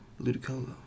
Ludicolo